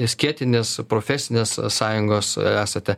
skėtinės profesinės sąjungos esate